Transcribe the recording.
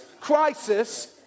crisis